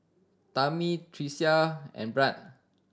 Tammi Tricia and Brandt